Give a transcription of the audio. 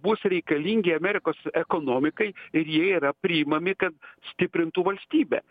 bus reikalingi amerikos ekonomikai ir jie yra priimami kad stiprintų valstybę